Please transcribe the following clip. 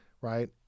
right